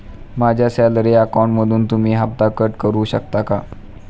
माझ्या सॅलरी अकाउंटमधून तुम्ही हफ्ता कट करू शकता का?